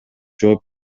жооп